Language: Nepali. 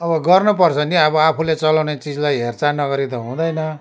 अब गर्नु पर्छ नि अब आफुले चलाउने चिजलाई हेरचाह नगरी त हुँदैन